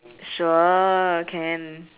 sure can